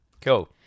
cool